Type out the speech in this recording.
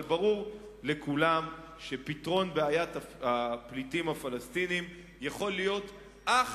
אבל ברור לכולם שפתרון בעיית הפליטים הפלסטינים יכול להיות אך